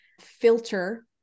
filter